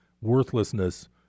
worthlessness